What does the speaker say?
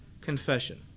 confession